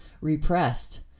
repressed